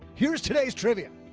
here's today's trivium,